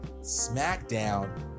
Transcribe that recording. smackdown